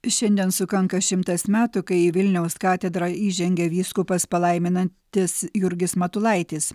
šiandien sukanka šimtas metų kai į vilniaus katedrą įžengė vyskupas palaiminantis jurgis matulaitis